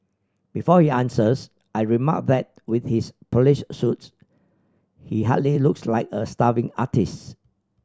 before he answers I remark that with his polished suits he hardly looks like a starving artist